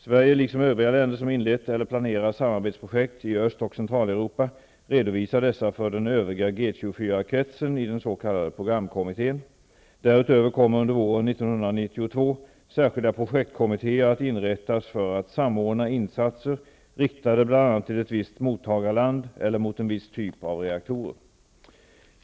Sverige liksom övriga länder som inlett eller planerar samarbetsprojekt i Öst och Centraleuropa redovisar dessa för den övriga G Därutöver kommer under våren 1992 särskilda projektkommittéer att inrättas för att samordna insatser, riktade bl.a. till ett visst mottagarland eller mot en viss typ av reaktorer.